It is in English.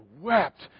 wept